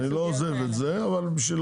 אני לא עוזב את זה אבל אני